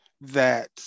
that-